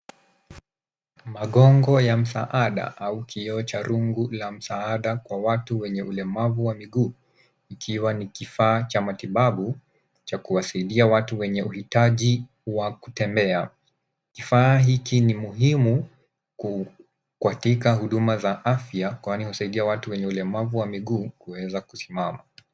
Magongo ya msaada au kioo cha rungu ya msaada kwa watu wenye ulemavu wa miguu ikiwa ni kifaa cha matibabu cha kusaidia watu wenye wa uhitaji kutembea. Kifaa hiki katika huduma za afya kwani husaidia watu wenye ulemavu wa miguu kuweza kusimama.